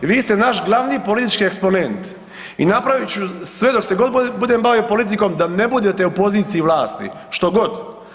I vi ste naš glavni politički eksponent i napravit ću sve dok se god budem bavio politikom da ne budete u poziciji vlasti što god.